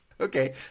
okay